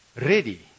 ready